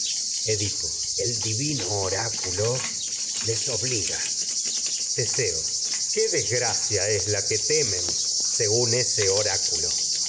edipo divino oráculo les obliga teseo qué desgracia es la que temen según ese oráculo